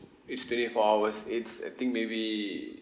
it's twenty four hours it's I think maybe